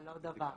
אני רציתי